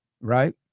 Right